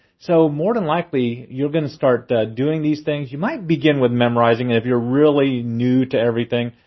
so more than likely, you're gonna start doing these things. you might began with memorizing and if you're really new to everything.